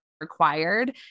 required